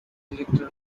director